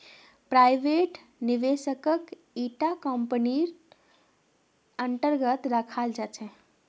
private निवेशकक इटा कम्पनीर अन्तर्गत रखाल जा छेक